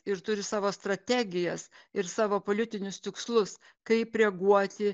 ir turi savo strategijas ir savo politinius tikslus kaip reaguoti